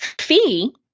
fee